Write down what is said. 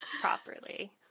properly